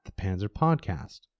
thepanzerpodcast